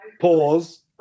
pause